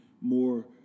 more